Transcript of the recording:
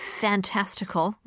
fantastical